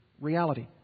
reality